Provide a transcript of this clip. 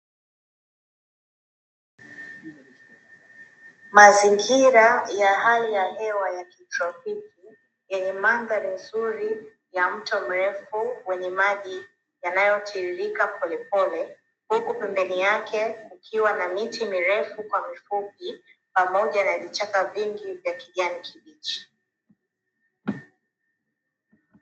Mazingira ya hali ya hewa ya Kitropiki yenye mandhari nzuri ya mto mrefu wenye maji yanayotiririka pole pole, huku pembeni yake kukiwa na miti mirefu kwa mifupi pamoja na vichaka vingi vya kijani kibichi.